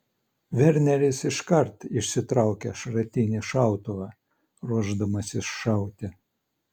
verneris iškart išsitraukia šratinį šautuvą ruošdamasis šauti